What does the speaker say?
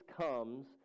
comes